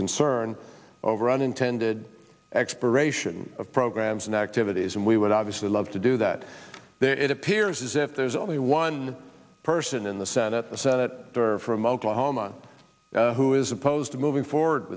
concern over unintended expiration of programs and activities and we would obviously love to do that there it appears as if there's only one person in the senate the senate from oklahoma who is opposed to moving forward